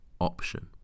option